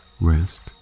rest